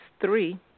three